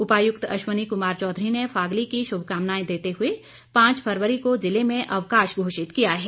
उपायुक्त अश्वनी कुमार चौधरी ने फागली की शुभकामनाएं देते हुए पांच फरवरी को जिले में अवकाश घोषित किया है